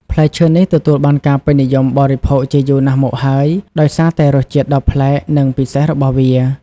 ផ្លែឈើនេះទទួលបានការនិយមបរិភោគជាយូរណាស់មកហើយ ដោយសារតែរសជាតិដ៏ប្លែក និងពិសេសរបស់វា។